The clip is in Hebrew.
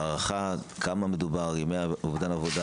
הערכה בכמה מדובר בימי אובדן עבודה,